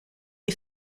est